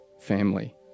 family